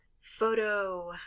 photo